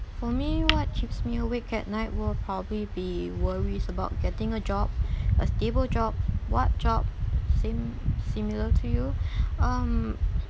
for me what keeps me awake at night will probably be worries about getting a job a stable job what job same similar to you um